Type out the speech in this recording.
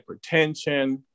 hypertension